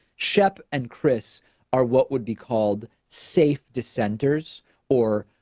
shep and chris are what would be called safe dissenters or,